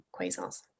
quasars